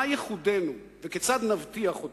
מה ייחודנו, וכיצד נבטיח אותו?